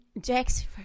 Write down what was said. jackson